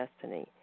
destiny